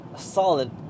solid